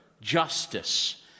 justice